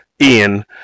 Ian